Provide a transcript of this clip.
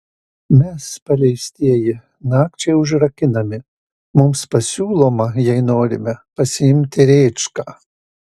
mes paleistieji nakčiai užrakinami mums pasiūloma jei norime pasiimti rėčką